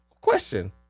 Question